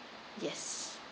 yes